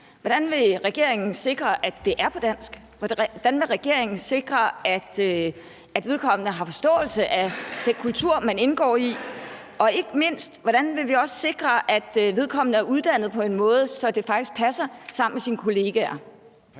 Hvordan vil regeringen sikre, at det er på dansk, hvordan vil regeringen sikre, at vedkommende har forståelse for den kultur, man indgår i, og ikke mindst, hvordan skal vi også sikre, at vedkommende er uddannet på en måde, så det faktisk passer sammen med kollegaerne?